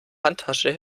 handtasche